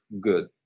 good